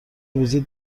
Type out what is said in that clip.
ویزیت